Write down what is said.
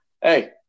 hey